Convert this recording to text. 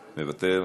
מוותר,